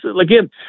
Again